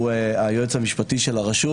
היועץ המשפטי של הרשות.